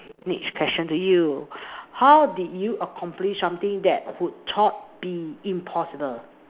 next question to you how did you accomplish something that would thought be impossible